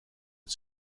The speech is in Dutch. het